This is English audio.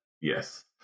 Yes